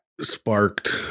sparked